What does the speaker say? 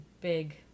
big